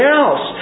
else